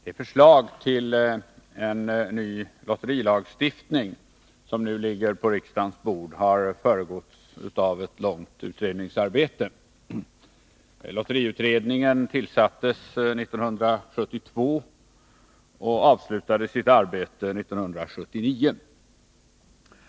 Herr talman! Det förslag till en ny lotterilagstiftning som nu ligger på riksdagens bord har föregåtts av ett långt utredningsarbete. Lotteriutredningen tillsattes 1972 och avslutade sitt arbete 1979.